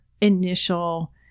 initial